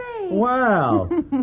Wow